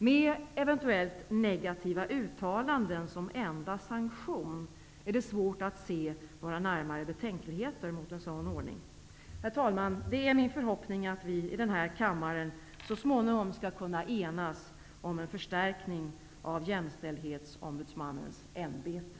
Med eventuellt negativa uttalanden som enda sanktion är det svårt att se några närmare betänkligheter mot en sådan ordning. Herr talman! Det är min förhoppning att vi i den här kammaren så småningom skall kunna enas om en förstärkning av jämställdhetsombudsmannens ämbete.